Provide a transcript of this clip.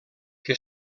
que